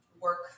work